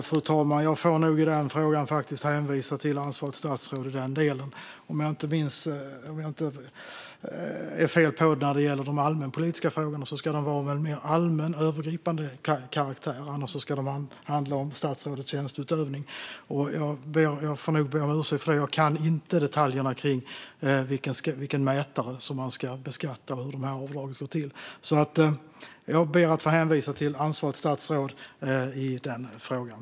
Fru talman! Jag får nog hänvisa till ansvarigt statsråd i den delen. Om jag inte har fel när det gäller de allmänpolitiska frågorna ska de vara av en mer allmän och övergripande karaktär. Annars ska det handla om statsrådets tjänsteutövning. Jag får be om ursäkt för att jag inte kan detaljerna kring vilken mätare som man ska beskatta och hur de här avdragen ska gå till. Jag ber att få hänvisa till ansvarigt statsråd i den frågan.